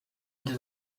into